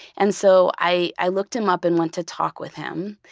and so i i looked him up and went to talk with him.